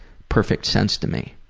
perfect sense to me.